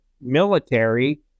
military